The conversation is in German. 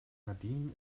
nadine